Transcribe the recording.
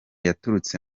baturutse